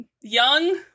young